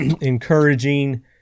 encouraging